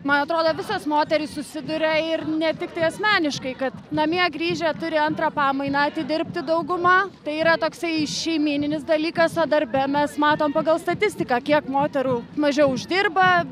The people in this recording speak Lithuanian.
man atrodo visos moterys susiduria ir ne tiktai asmeniškai kad namie grįžę turi antrą pamainą atidirbti dauguma tai yra toksai šeimyninis dalykas o darbe mes matom pagal statistiką kiek moterų mažiau uždirba